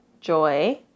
joy